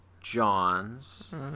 Johns